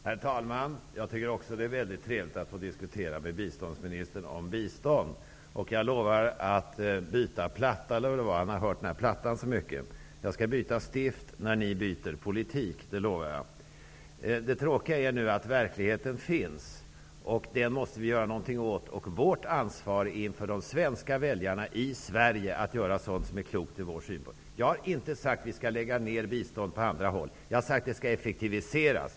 Herr talman! Jag tycker också att det är trevligt att få diskutera med biståndsministern om bistånd. Jag lovar att byta platta -- statsrådet hade hört den här plattan för ofta -- och stift när regeringen byter politik. Det lovar jag. Det tråkiga är att verkligheten, som den har beskrivts, finns, och den måste vi göra något åt. Vårt ansvar inför de svenska väljarna är att göra det som från vår synpunkt är klokt. Jag har inte sagt att vi skall avstå från att ge bistånd på annat håll, utan jag har sagt att biståndet skall effektiviseras.